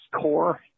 Core